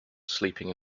sleeping